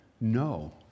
no